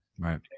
Right